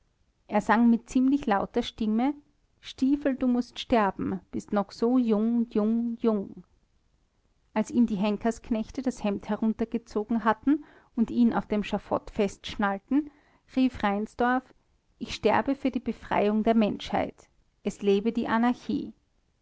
er sang mit ziemlich lauter stimme stiefel du mußt sterben bist noch so jung jung jung als ihm die henkersknechte das hemd heruntergezogen hatten und ihn auf dem schafott festschnallten schnallten rief reinsdorf ich sterbe für die befreiung der menschheit es lebe die anarchie